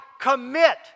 commit